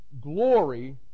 glory